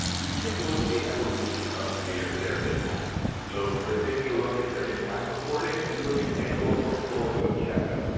we take a look at the evolution of their their impact. so we are taking a look at their impact reporting, and and annual portfolio checkup.